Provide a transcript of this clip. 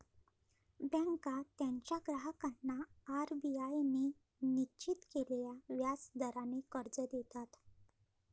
बँका त्यांच्या ग्राहकांना आर.बी.आय ने निश्चित केलेल्या व्याज दराने कर्ज देतात